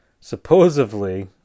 Supposedly